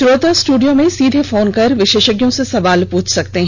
श्रोता स्टूडियो में सीधे फोन कर विशेषज्ञों से सवाल पूछ सकते हैं